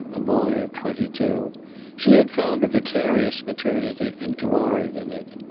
a boy of twenty-two, she had found a vicarious maternity and gloried in it.